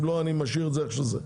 אם לא, אני משאיר את זה איך שזה.